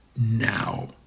Now